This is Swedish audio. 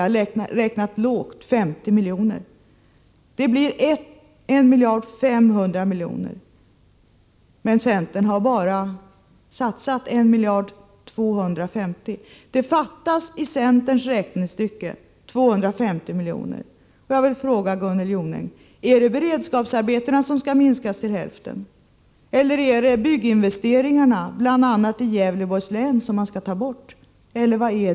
Lågt räknat har jag kommit fram till en summa på 50 milj.kr. Detta blir tillsammans 1 500 milj.kr. Men centern vill bara satsa 1 250 milj.kr. I centerns räknestycke fattas 250 milj.kr.